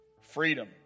freedom